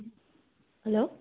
hello